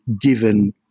given